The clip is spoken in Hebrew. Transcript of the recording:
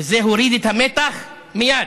וזה הוריד את המתח מייד.